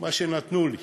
מה שנתנו לי.